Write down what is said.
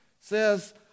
says